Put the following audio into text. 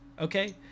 okay